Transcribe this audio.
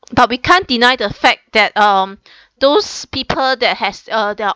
but we can't deny the fact that um those people that has uh their